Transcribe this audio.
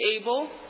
able